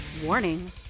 Warning